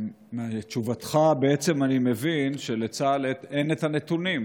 מתשובתך בעצם אני מבין שלצה"ל אין את הנתונים,